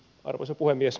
arvoisa puhemies